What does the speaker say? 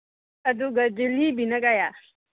ꯑꯗꯨꯒ ꯖꯤꯂꯤꯕꯤꯅ ꯀꯌꯥ